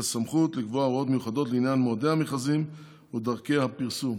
הסמכות לקבוע הוראות מיוחדות לעניין מועדי המכרזים ודרכי הפרסום.